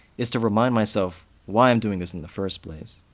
is to remind myself why i'm doing this in the first place.